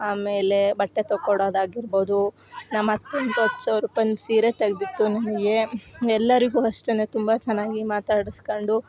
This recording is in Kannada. ಆಮೇಲೆ ಬಟ್ಟೆ ತಕ್ಕೊಡದಾಗಿರ್ಬೋದು ನಮ್ಮ ಅತ್ತೆ ಅಂತು ಹತ್ತು ಸಾವಿರ ರುಪಾಯ್ ಸೀರೆ ತೆಗ್ದಿತ್ತು ನನಗೆ ಎಲ್ಲರಿಗೂ ಅಷ್ಟೇ ತುಂಬ ಚೆನ್ನಾಗಿ ಮಾತಾಡ್ಸಿಕೊಂಡು